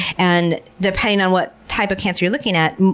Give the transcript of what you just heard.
and depending on what type of cancer you're looking at,